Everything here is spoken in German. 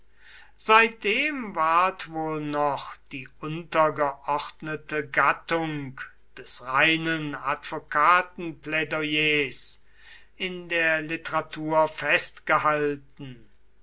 seitdem ward wohl noch die untergeordnete gattung des reinen advokatenplädoyers in der literatur festgehalten